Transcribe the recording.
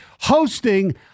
hosting